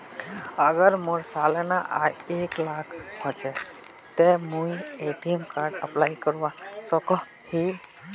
अगर मोर सालाना आय एक लाख होचे ते मुई ए.टी.एम कार्ड अप्लाई करवा सकोहो ही?